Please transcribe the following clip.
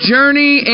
Journey